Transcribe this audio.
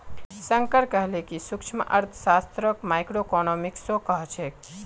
शंकर कहले कि सूक्ष्मअर्थशास्त्रक माइक्रोइकॉनॉमिक्सो कह छेक